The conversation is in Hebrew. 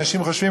אנשים חושבים,